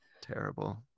Terrible